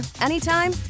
anytime